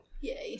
Yay